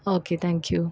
okay thank you